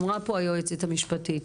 אני אשמח להוסיף,